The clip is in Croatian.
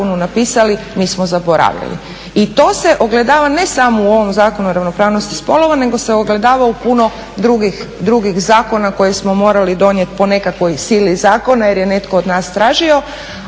I to se ogledava ne samo u ovom Zakonu o ravnopravnosti spolova nego se ogledava u puno drugih zakona koje smo morali donijeti po nekakvoj sili zakona jer je netko od nas tražio,